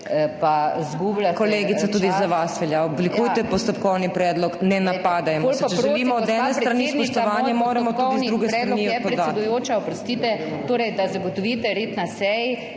Kolegica, tudi za vas velja. Oblikujte postopkovni predlog, ne napadajmo. Če želimo od ene strani spoštovanje, ga moramo tudi z druge strani podati.